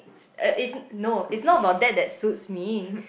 uh is no is not about that that suits me